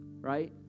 Right